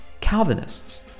Calvinists